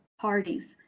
parties